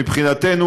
מבחינתנו,